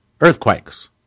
Earthquakes